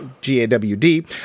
G-A-W-D